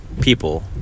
people